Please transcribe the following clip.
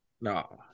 No